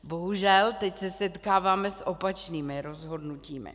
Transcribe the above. Bohužel teď se setkáváme s opačnými rozhodnutími.